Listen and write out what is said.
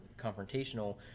confrontational